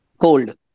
cold